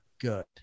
good